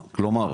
כלומר?